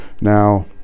Now